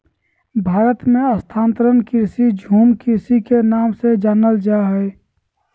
भारत मे स्थानांतरण कृषि, झूम कृषि के नाम से जानल जा हय